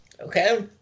Okay